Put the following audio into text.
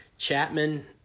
Chapman